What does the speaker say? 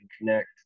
connect